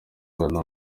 rwanda